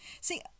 See